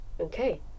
Okay